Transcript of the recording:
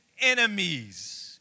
enemies